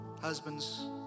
husbands